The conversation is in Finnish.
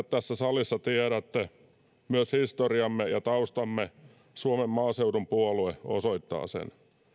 tässä salissa tiedätte myös historiamme ja taustamme suomen maaseudun puolue osoittavat sen